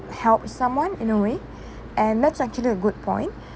help someone in a way and that's actually a good point